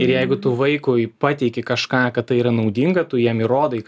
ir jeigu tu vaikui pateiki kažką kad tai yra naudinga tu jam įrodai